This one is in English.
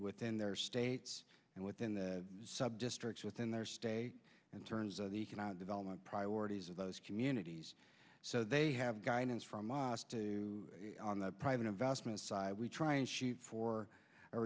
within their states and within the subdistricts within their state in terms of the economic development priorities of those communities so they have guidance from us too on the private investment side we try and shoot for a